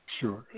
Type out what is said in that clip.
Sure